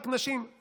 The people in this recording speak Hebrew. רק נשים,